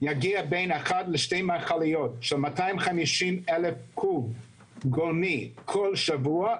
יגיעו בין אחת לשתי מכליות של 250,000 קוב גולמי כל שבוע,